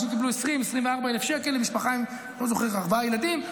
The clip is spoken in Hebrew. אנשים קיבלו 24,000 שקלים למשפחה עם ארבעה ילדים.